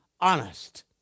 honest